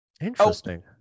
Interesting